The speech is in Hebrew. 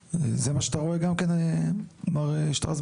זה מה שאתה רואה גם כן, מר שטרסברג?